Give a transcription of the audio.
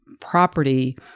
property